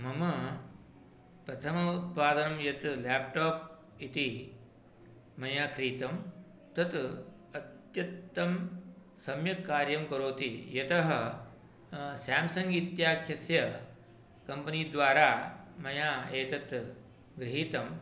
मम प्रथम उत्पादनं यत् लेप्टाप् इति मया क्रीतं तत् अत्यन्तं सम्यक् कार्यं करोति यतः सेंसङ्ग् इत्याख्यस्य कम्पनी द्वारा मया एतत् गृहीतं